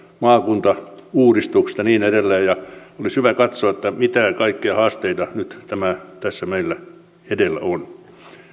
maakuntauudistuksesta ja niin edelleen ja olisi hyvä katsoa mitä kaikkia haasteita nyt tässä meillä edessä on